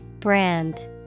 Brand